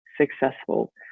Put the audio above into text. successful